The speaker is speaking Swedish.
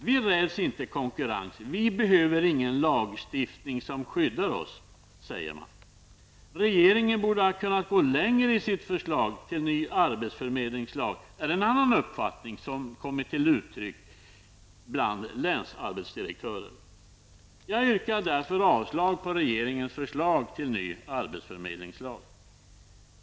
''Vi räds inte konkurrens, vi behöver ingen lagstiftning som skyddar oss.'' säger de. ''Regeringen borde ha kunnat gå längre i sitt förslag till ny arbetsförmedlingslag,'' är en annan uppfattning som kommit till uttryck bland länsarbetsdirektörer. Jag yrkar därför avslag på regeringens förslag till ny arbetsförmedlingslag.